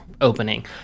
opening